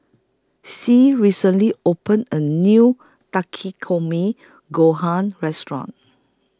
Sie recently opened A New Takikomi Gohan Restaurant